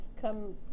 come